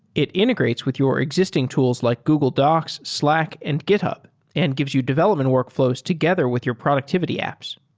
it integrates with your existing tools like google docs, slack and github and gives you development workfl ows together with your productivity apps.